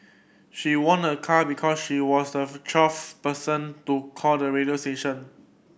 she won a car because she was the twelfth person to call the radio station